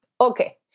okay